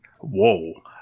Whoa